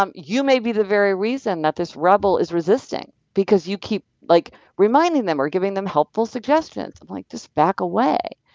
um you may be the very reason that this rebel is resisting because you keep like reminding them or giving them helpful suggestions. i'm like, just back away.